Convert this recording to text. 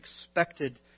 expected